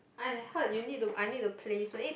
I heard you need to I need to play